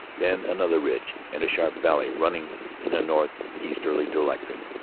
then another ridge, and a sharp valley running in a north easterly direction,